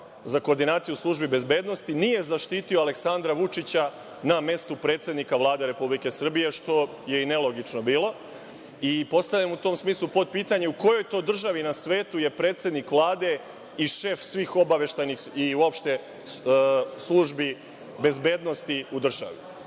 za koordinaciju službi bezbednosti nije zaštitio Aleksandra Vučića na mestu predsednika Vlade Republike Srbije, što je i nelogično bilo. Postavljam mu u tom smislu podpitanje - u kojoj to državi na svetu je predsednik Vlade i šef svih obaveštajnih i uopšte službi bezbednosti u državi?